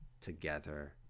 together